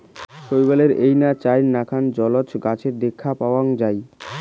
শৈবালের এইনা চাইর নাকান জলজ গছের দ্যাখ্যা পাওয়াং যাই